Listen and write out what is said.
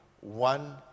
One